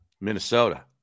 Minnesota